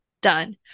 Done